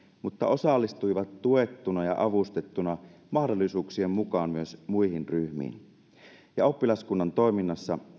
mutta osallistuivat tuettuna ja avustettuna mahdollisuuksien mukaan myös muihin ryhmiin ja oppilaskunnan toiminnassa